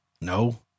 no